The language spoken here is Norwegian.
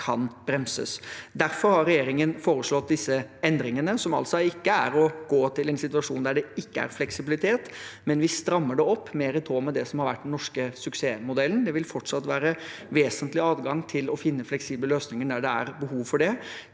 Derfor har regjeringen foreslått disse endringene, som altså ikke er å gå til en situasjon der det ikke er fleksibilitet, men vi strammer det opp mer i tråd med det som har vært den norske suksessmodellen. Det vil fortsatt være vesentlig adgang til å finne fleksible løsninger når det er behov for det.